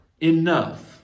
enough